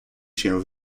się